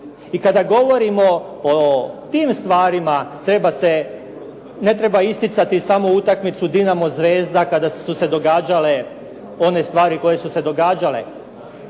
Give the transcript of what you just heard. I kada govorimo o tim stvarima treba se, ne treba isticati samo utakmicu Dinamo-Zvezda kada su se događale one stvari koje su se događale.